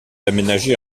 aménagé